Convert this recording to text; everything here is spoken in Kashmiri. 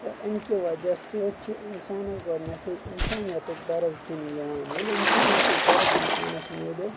تہٕ امہِ کہِ وجہ سۭتۍ چھُ انسانس گۄڈٕنٮ۪تھٕے انسٲنیتُک درس دِنہٕ یِوان ییٚلہِ انسٲنیتُک درس انسانس میلیوٚو